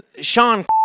Sean